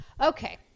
okay